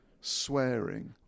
swearing